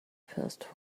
first